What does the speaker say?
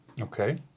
Okay